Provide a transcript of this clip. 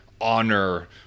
honor